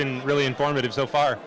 been really informative so far